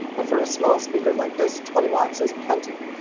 but for a small speaker like this, twenty watts is plenty.